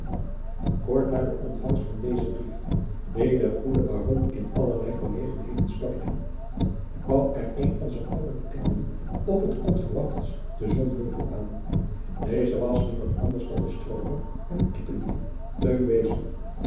kort na de ontfangst van dezen brief die den goeden baron in allerlei verlegenheden stortte kwam er een onzer oude bekenden op t onverwachtst te sonheuvel aan deze was niemand anders dan de strooper en kippedief